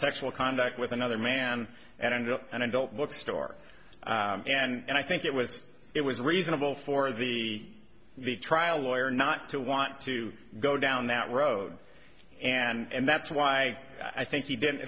sexual conduct with another man and ended up an adult bookstore and i think it was it was reasonable for the the trial lawyer not to want to go down that road and that's why i think he didn't